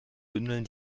bündeln